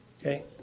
Okay